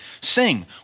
Sing